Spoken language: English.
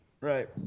Right